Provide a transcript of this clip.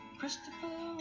Christopher